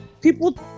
people